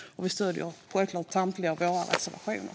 Vi stöder självklart samtliga våra reservationer.